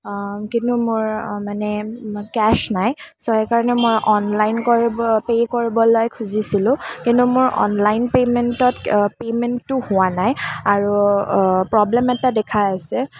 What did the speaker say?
কিন্তু মোৰ মানে কেচ্ নাই ছ' সেইকাৰণে মই অনলাইন কৰিব পে' কৰিবলৈ খুজিছিলোঁ কিন্তু মোৰ অনলাইন পে'মেণ্টত পে'মেণ্টটো হোৱা নাই আৰু প্ৰব্লেম এটা দেখাই আছে